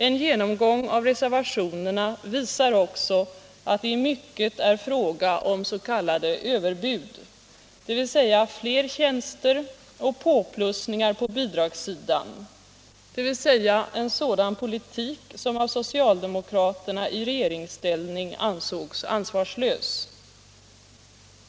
En genomgång av reservationerna visar också att det i mycket är fråga om s.k. överbud, dvs. fler tjänster och påplussningar på bidragssidan, alltså en sådan politik som av socialdemokraterna i regeringsställning ansågs ansvarslös.